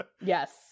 Yes